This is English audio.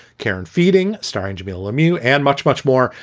karen feeding, starring jamilah lemieux and much, much more.